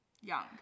young